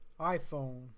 iPhone